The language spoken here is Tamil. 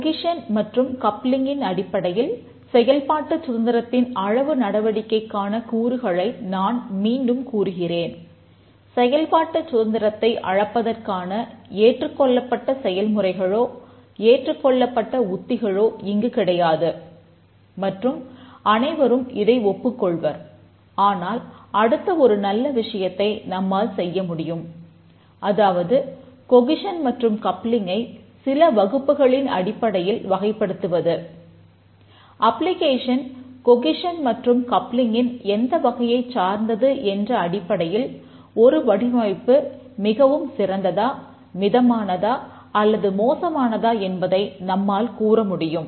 கொகிசன் எந்த வகையைச் சார்ந்தது என்ற அடிப்படையில் ஒரு வடிவமைப்பு மிகவும் சிறந்ததா மிதமானதா அல்லது மோசமானதா என்பதை நம்மால் கூற முடியும்